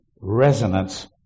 resonance